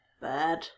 Bad